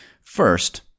First